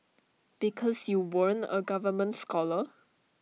because you weren't A government scholar